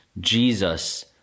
Jesus